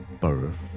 birth